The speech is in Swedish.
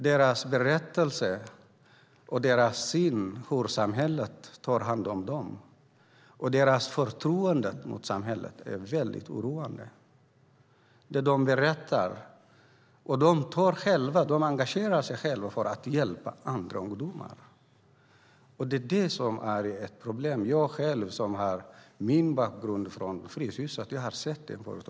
Deras berättelser och syn på hur samhället tar hand om dem och deras brist på förtroende för samhället är oroande. De engagerar sig för att hjälpa andra ungdomar. Jag har en bakgrund från Fryshuset och har sett detta förut.